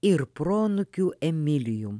ir proanūkiu emilijum